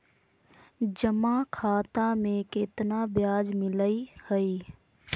जमा खाता में केतना ब्याज मिलई हई?